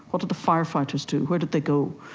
what did the firefighters do, where did they go,